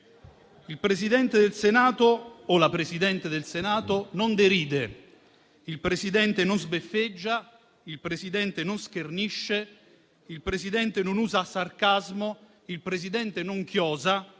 Il Presidente del Senato - o la Presidente del Senato - non deride, il Presidente non sbeffeggia, il Presidente non schernisce, il Presidente non usa sarcasmo, il Presidente non chiosa,